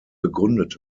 begründet